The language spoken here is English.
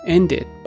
Ended